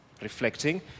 reflecting